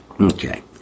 Okay